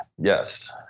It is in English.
Yes